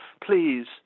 Please